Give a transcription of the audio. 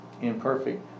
imperfect